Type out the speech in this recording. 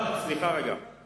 בקרקעות של